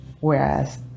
whereas